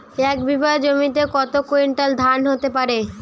এক বিঘা জমিতে কত কুইন্টাল ধান হতে পারে?